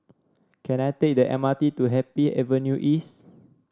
can I take the M R T to Happy Avenue East